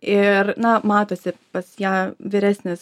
ir na matosi pas ją vyresnis